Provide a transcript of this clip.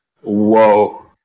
Whoa